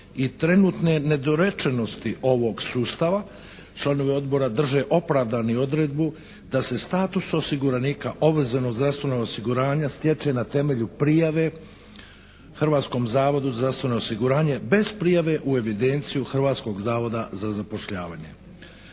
i trenutne nedorečenosti ovog sustava članovi Odbora drže opravdani odredbu da se status osiguranika obvezanog zdravstvenog osiguranja stječe na temelju prijave Hrvatskom zavodu za zdravstveno osiguranje bez prijave u evidenciju Hrvatskog zavoda za zapošljavanje.